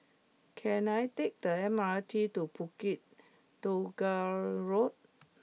can I take the M R T to Bukit Tunggal Road